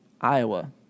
Iowa